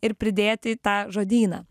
ir pridėt į tą žodyną